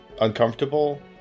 uncomfortable